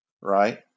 Right